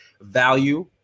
value